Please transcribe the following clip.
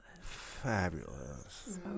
fabulous